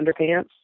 Underpants